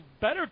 better